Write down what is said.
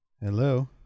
Hello